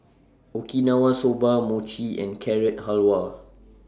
Okinawa Soba Mochi and Carrot Halwa